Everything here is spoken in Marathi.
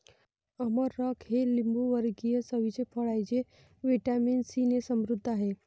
अमरख हे लिंबूवर्गीय चवीचे फळ आहे जे व्हिटॅमिन सीने समृद्ध आहे